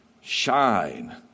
shine